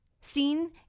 scene